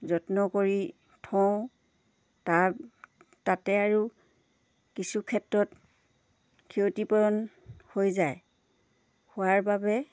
যত্ন কৰি থওঁ তাৰ তাতে আৰু কিছু ক্ষেত্ৰত ক্ষতিপূৰণ হৈ যায় হোৱাৰ বাবে